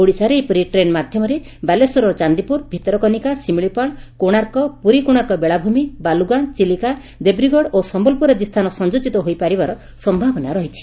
ଓଡ଼ିଶାରେ ଏପରି ଟ୍ରେନ୍ ମାଧ୍ଧମରେ ବାଲେଶ୍ୱରର ଚାନ୍ଦିପୁର ଭିତରକନିକା ସିମିଳିପାଳ କୋଶାର୍କ ପୁରୀ କୋଶାର୍କ ବେଳାଭ୍ରମୀ ବାଲୁଗାଁ ଚିଲିକା ଦେବ୍ରିଗଡ଼ ଓ ସୟଲପୁର ଆଦି ସ୍ସାନ ସଂଯୋଜିତ ହୋଇପାରିବାର ସମ୍ଭାବନା ରହିଛି